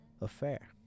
affair